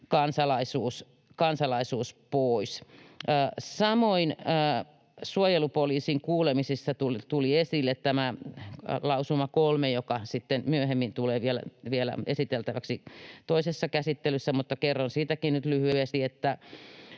kansalaisuus pois. Samoin suojelupoliisin kuulemisessa tuli esille tämä lausuma 3, joka sitten myöhemmin tulee vielä esiteltäväksi toisessa käsittelyssä, mutta kerron siitäkin nyt lyhyesti.